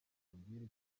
atubwire